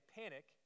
panic